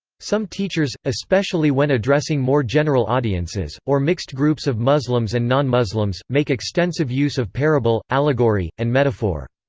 some teachers, especially when addressing more general audiences, or mixed groups of muslims and non-muslims, make extensive use of parable, allegory, and metaphor.